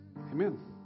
Amen